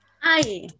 Hi